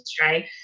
right